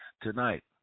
tonight